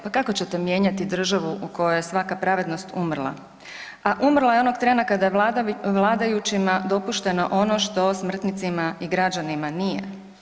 Pa kako ćete mijenjati državu u kojoj je svaka pravednost umrla, a umrla je onog treba kada je vladajućima dopušteno ono što smrtnicima i građanima nije.